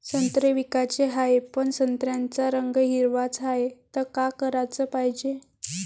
संत्रे विकाचे हाये, पन संत्र्याचा रंग हिरवाच हाये, त का कराच पायजे?